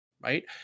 right